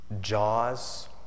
Jaws